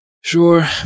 Sure